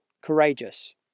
courageous